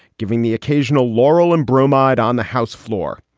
giving the occasional laurel and bromide on the house floor.